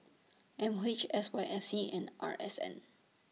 M O H S Y F C and R S N